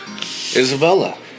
Isabella